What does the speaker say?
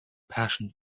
passion